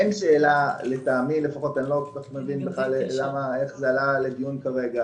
אין שאלה אני לא כל כך מבין איך זה עלה לדיון כרגע